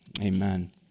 amen